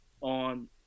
on